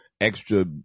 extra